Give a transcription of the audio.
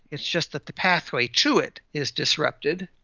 it's just that the pathway to it is disrupted.